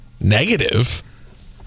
negative